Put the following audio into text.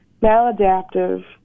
maladaptive